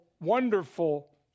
wonderful